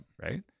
right